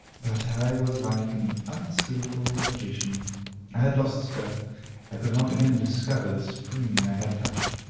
but i was like an unskilful magician i had lost the spell i could not again discover the spring i had touched.